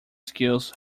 skills